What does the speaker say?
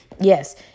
Yes